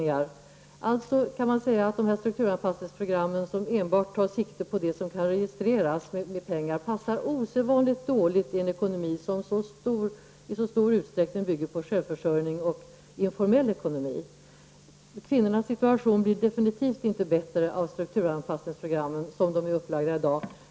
Man kan alltså säga att dessa strukturanpassningsprogram, som enbart tar sikte på det som registreras, passar osedvanligt dåligt i en ekonomi som i så stor utsträckning bygger på självförsörjning och informell ekonomi. Kvinnornas situation blir definitivt inte bättre av strukturanpassningsprogrammen, såsom dessa i dag är upplagda.